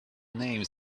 names